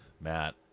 Matt